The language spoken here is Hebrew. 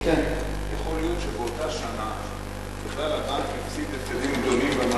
יכול להיות שבאותה שנה הבנק בכלל הפסיד הפסדים גדולים,